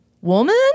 woman